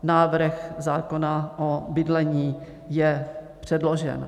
Návrh zákona o bydlení je předložen.